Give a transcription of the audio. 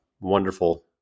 wonderful